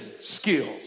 skills